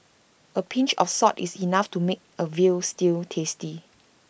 A pinch of salt is enough to make A Veal Stew tasty